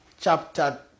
chapter